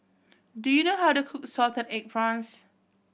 do you know how to cook salted egg prawns